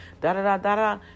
da-da-da-da-da